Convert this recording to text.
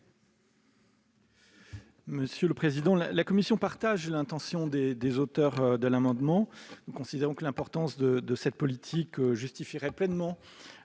commission ? La commission partage l'intention des auteurs de l'amendement. Nous considérons que l'importance de cette politique justifierait pleinement